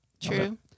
True